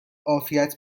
عافیت